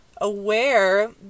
aware